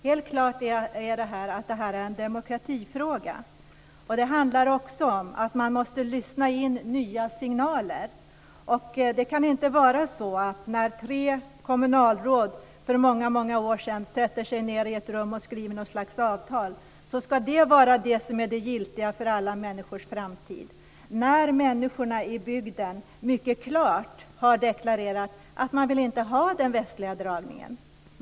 Herr talman! Det är helt klart att detta är en demokratifråga. Det handlar också om att lyssna in nya signaler. Det kan inte vara så att det avtal som tre kommunalråd skrev för många år sedan ska vara giltigt för människors framtid när människorna i bygden mycket klart har deklarerat att de inte vill ha den västliga dragningen.